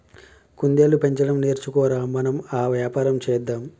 కుందేళ్లు పెంచడం నేర్చుకో ర, మనం ఆ వ్యాపారం చేద్దాం